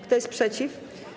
Kto jest przeciw?